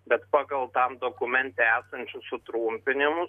bet pagal tam dokumente esančius sutrumpinimus